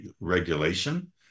regulation